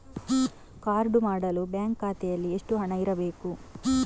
Card ಮಾಡಲು bank ಖಾತೆಯಲ್ಲಿ ಹಣ ಎಷ್ಟು ಇರಬೇಕು?